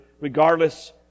regardless